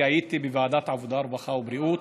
כי הייתי בוועדת העבודה הרווחה, והבריאות,